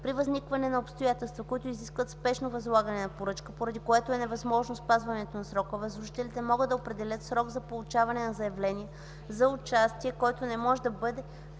При възникване на обстоятелства, които изискват спешно възлагане на поръчка, поради което е невъзможно спазването на срока, възложителите могат да определят срок за получаване на заявления за участие, който не може да бъде